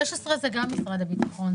16 זה גם משרד הביטחון,